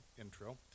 intro